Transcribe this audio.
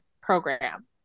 program